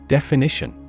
Definition